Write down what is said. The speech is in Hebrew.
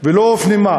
ולא הופנמה,